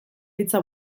hitza